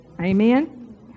Amen